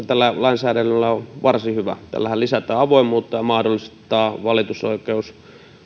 tällä lainsäädännöllä on totta kai varsin hyvä tällähän lisätään avoimuutta ja mahdollistetaan valitusoikeus